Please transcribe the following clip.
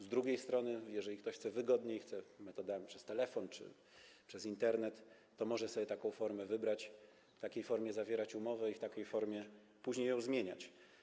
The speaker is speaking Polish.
Z drugiej strony, jeżeli ktoś chce, żeby było wygodniej, załatwić to przez telefon czy przez Internet, to może sobie taką formę wybrać, w takiej formie zawierać umowę i w takiej formie później ją zmieniać.